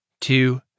two